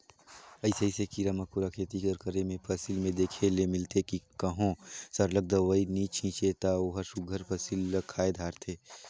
अइसे अइसे कीरा मकोरा खेती कर करे में फसिल में देखे ले मिलथे कि कहों सरलग दवई नी छींचे ता ओहर सुग्घर फसिल ल खाए धारथे